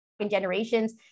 generations